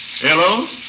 Hello